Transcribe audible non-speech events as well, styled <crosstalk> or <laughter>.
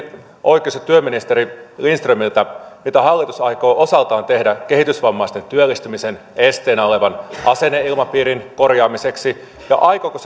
oikeus ja työministeri lindströmiltä mitä hallitus aikoo osaltaan tehdä kehitysvammaisten työllistämisen esteenä olevan asenneilmapiirin korjaamiseksi ja aikooko <unintelligible>